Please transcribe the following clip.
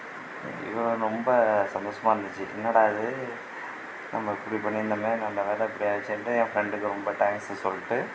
அய்யோ ரொம்ப சந்தோஷமாக இருந்துச்சு என்னடா இது நம்ப இப்படி பண்ணியிருந்தோமே நல்லவேளை இப்படி ஆயிருச்சேன்ட்டு என் ஃப்ரெண்ட்டுக்கு ரொம்ப தேங்க்ஸுன்னு சொல்லிட்டு